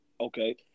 Okay